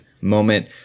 moment